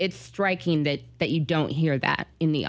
it's striking that that you don't hear that in the